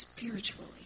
Spiritually